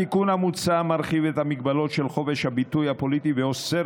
התיקון המוצע מרחיב את ההגבלות על חופש הביטוי הפוליטי ואוסר